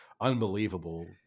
Unbelievable